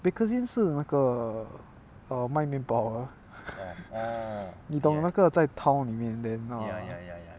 Bakerzin 是那个 err 卖面包的 你懂那个在 town 里面 then err